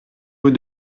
rue